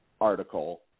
article